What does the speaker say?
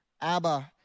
Abba